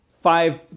five